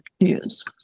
news